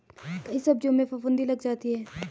कई सब्जियों में फफूंदी लग जाता है